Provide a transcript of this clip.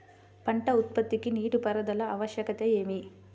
పంట ఉత్పత్తికి నీటిపారుదల ఆవశ్యకత ఏమి?